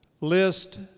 list